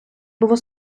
було